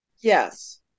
yes